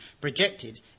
projected